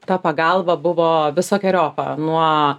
ta pagalba buvo visokeriopą nuo